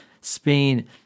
Spain